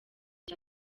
cya